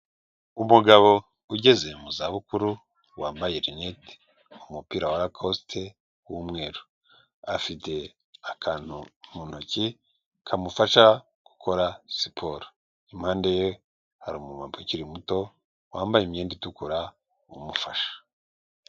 Umugabo ugeze mu za bukuru wambaye rinete n'umupira wa rakosite w'umweru; afite akantu mu ntoki kamufasha gukora siporo; impande ye hari umu mama ukiri muto wambaye imyenda itukura umufasha.